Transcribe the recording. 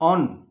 on